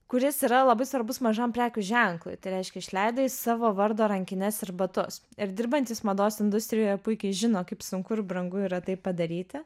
kuris yra labai svarbus mažam prekių ženklui tai reiškia išleidai savo vardo rankines ir batus ir dirbantys mados industrijoje puikiai žino kaip sunku ir brangu yra tai padaryti